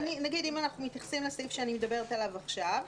אם אנחנו מתייחסים לתקנה 25 שאני מדברת עליה עכשיו,